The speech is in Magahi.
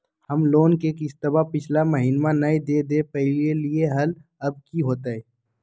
हम लोन के किस्तवा पिछला महिनवा नई दे दे पई लिए लिए हल, अब की होतई?